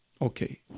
Okay